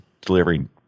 delivering